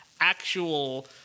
actual